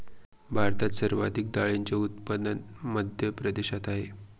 भारतात सर्वाधिक डाळींचे उत्पादन मध्य प्रदेशात आहेत